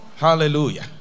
Hallelujah